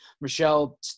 Michelle